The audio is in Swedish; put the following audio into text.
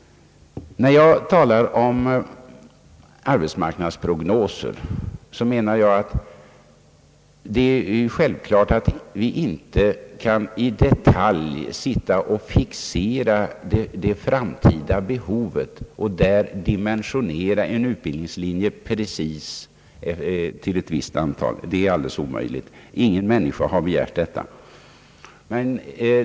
När jag talar om arbetsmarknadsprognoser, menar jag att det är självklart att vi inte kan i detalj fixera det framtida behovet och där dimensionera en utbildningslinje precis för ett visst antal studerande. Det är alldeles omöjligt, och ingen människa har heller begärt detta.